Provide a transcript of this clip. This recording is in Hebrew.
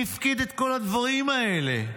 "מי הפקיד את כל הדברים האלה?"